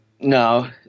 No